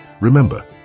Remember